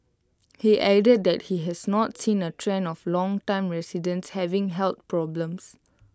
he added that he has not seen A trend of longtime residents having health problems